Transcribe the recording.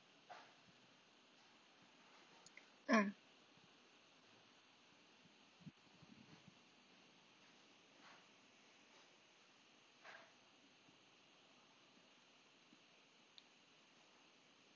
ah